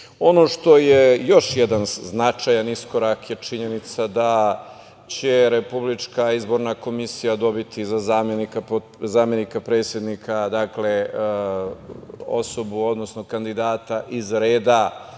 što je još jedan značajan iskorak je činjenica da će Republička izborna komisija dobiti za zamenika predsednika osobu, odnosno kandidata iz reda